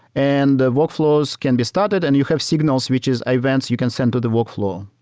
and workflows can be started and you have signals, which is events you can send to the workflow.